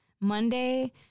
Monday